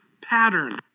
pattern